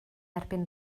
erbyn